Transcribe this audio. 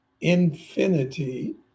infinity